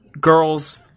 girls